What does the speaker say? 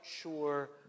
sure